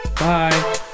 Bye